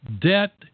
debt